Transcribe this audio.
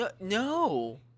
no